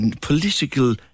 political